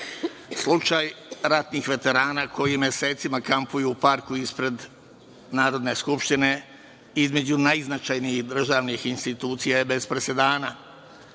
kradu. Slučaj ratnih veterana koji mesecima kampuju u parku ispred Narodne skupštine između najznačajnijih državnih institucija je bez presedana.